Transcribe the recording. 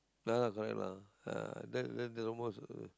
ah lah correct lah ah then then the most you